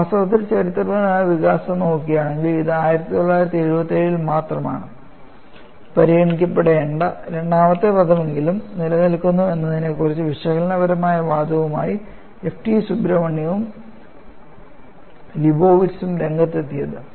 വാസ്തവത്തിൽ ചരിത്രപരമായ വികാസം നോക്കുകയാണെങ്കിൽ അത് 1977 ൽ മാത്രമാണ് പരിഗണിക്കപ്പെടേണ്ട രണ്ടാമത്തെ പദമെങ്കിലും നിലനിൽക്കുന്നു എന്നതിനെക്കുറിച്ച് വിശകലനപരമായ വാദവുമായി F T സുബ്രഹ്മണ്യനും ലീബോവിറ്റ്സും രംഗത്തെത്തിയത്